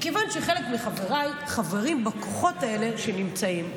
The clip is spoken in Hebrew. מכיוון שחלק מחבריי חברים בכוחות האלה שנמצאים,